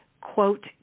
quote